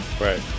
Right